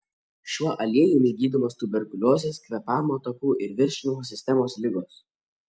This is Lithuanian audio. šiuo aliejumi gydomos tuberkuliozės kvėpavimo takų ir virškinimo sistemos ligos